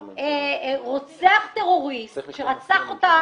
רוצח טרוריסט, שרצח אותה